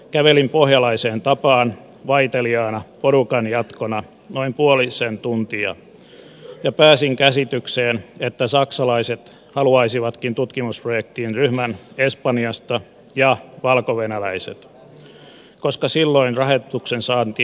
kävelin pohjalaiseen tapaan vaiteliaana porukan jatkona noin puolisen tuntia ja pääsin käsitykseen että saksalaiset haluaisivatkin tutkimusprojektiin ryhmän espanjasta sekä valkovenäläiset koska silloin rahoituksen saanti oli varmempaa